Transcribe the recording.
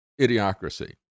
idiocracy